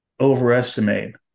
overestimate